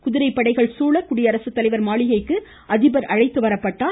குதிரைப்படைகள் சூழ குடியரசு தலைவர் மாளிகைக்கு அதிபர் ட்ரம்ப் அழைத்து வரப்பட்டார்